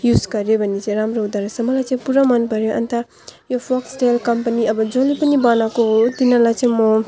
use गऱ्यो भने चाहिँ राम्रो हुँदो रहेछ मलाई चाहिँ पुरा मन पऱ्यो अन्त यो फोक्सटेल कम्पनी अब जसले पनि बनाएको हो तिनीहरूलाई चाहिँ म